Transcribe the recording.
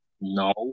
No